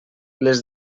les